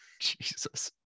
Jesus